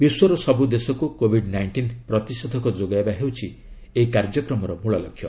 ବିଶ୍ୱର ସବୁ ଦେଶକୁ କୋବିଡ୍ ନାଇଷ୍ଟିନ୍ ପ୍ରତିଷେଧକ ଯୋଗାଇବା ହେଉଛି ଏହି କାର୍ଯ୍ୟକ୍ରମର ମୂଳଲକ୍ଷ୍ୟ